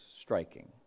striking